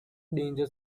danger